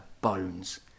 bones